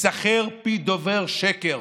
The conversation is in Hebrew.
"יסכר פי דוברי שקר".